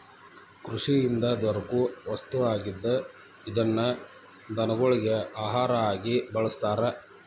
ಕೃಷಿಯಿಂದ ದೊರಕು ವಸ್ತು ಆಗಿದ್ದ ಇದನ್ನ ದನಗೊಳಗಿ ಆಹಾರಾ ಆಗಿ ಬಳಸ್ತಾರ